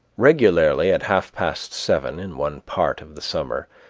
regularly at half-past seven, in one part of the summer,